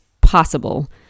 possible